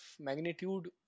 magnitude